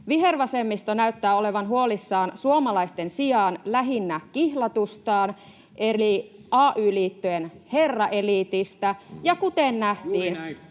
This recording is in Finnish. Vihervasemmisto näyttää olevan huolissaan suomalaisten sijaan lähinnä kihlatustaan eli ay-liittojen herraeliitistä, ja kuten nähtiin,